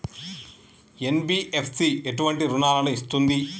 NBFC ఎటువంటి రుణాలను ఇస్తుంది?